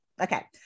okay